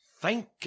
Thank